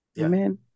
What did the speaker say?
amen